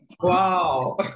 Wow